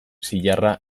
zilarra